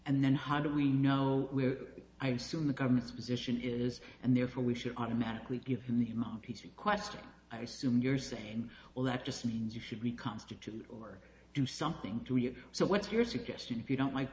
and then hunter we know we're i assume the government's position is and therefore we should automatically give him the p c question i assume you're saying well that just means you should be constituted or do something to you so what's your suggestion if you don't like